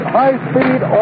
high-speed